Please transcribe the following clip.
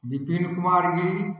Vipin Kumar Giri